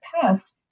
past